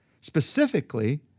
specifically